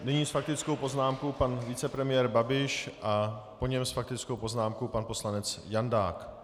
Nyní s faktickou poznámkou pan vicepremiér Babiš a po něm s faktickou poznámkou pan poslanec Jandák.